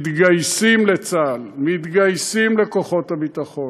מתגייסים לצה"ל, מתגייסים לכוחות הביטחון,